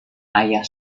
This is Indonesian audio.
ayah